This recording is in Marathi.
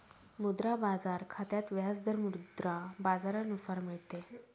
मुद्रा बाजार खात्यात व्याज दर मुद्रा बाजारानुसार मिळते